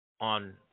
on